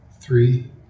three